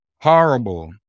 horrible